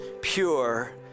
pure